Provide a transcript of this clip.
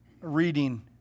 reading